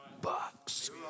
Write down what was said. bucks